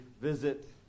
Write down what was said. visit